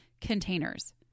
containers